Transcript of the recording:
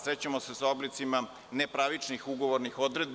Srećemo se sa oblicima nepravičnih ugovornih odredbi.